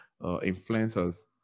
influencers